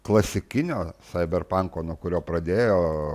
klasikinio saiberpanko nuo kurio pradėjo